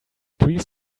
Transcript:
police